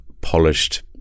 polished